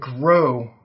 grow